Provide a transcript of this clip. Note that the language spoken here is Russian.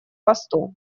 посту